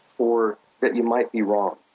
or that you might be wrong